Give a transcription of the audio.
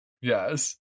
Yes